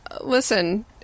listen